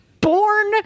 born